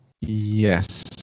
Yes